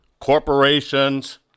corporations